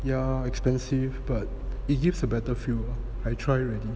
yeah expensive but it gives a better feel lah I try already